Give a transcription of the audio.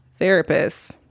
therapists